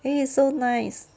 eh it's so nice